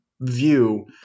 view